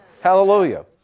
Hallelujah